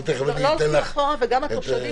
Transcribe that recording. וגם התושבים